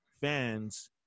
fans